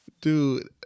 Dude